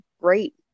great